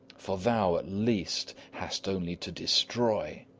for thou, at least, hast only to destroy.